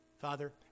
Father